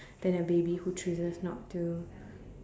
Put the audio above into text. than a baby who chooses not to